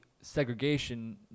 segregation